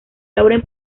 lauren